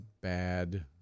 bad